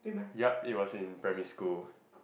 yup it was in primary school